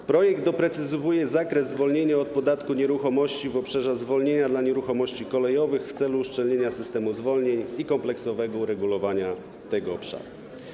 W projekcie doprecyzowuje się zakres zwolnienia od podatku od nieruchomości w obszarze zwolnienia dla nieruchomości kolejowych w celu uszczelnienia systemu zwolnień i kompleksowego uregulowania tego obszaru.